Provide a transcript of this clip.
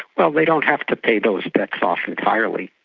well, they don't have to pay those debts off entirely,